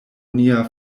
nia